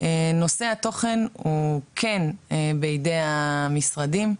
נושא התוכן הוא כן בידי המשרדים,